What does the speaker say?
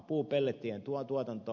puupellettien tuotanto